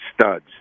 studs